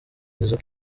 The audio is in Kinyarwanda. zizou